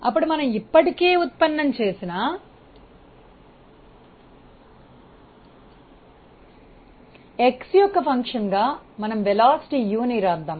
అప్పుడు ఇది మనము ఇప్పటికే ఉత్పన్నం చేసి x యొక్క ఫంక్షన్ గా మనం u వేగాన్ని వ్రాద్దాం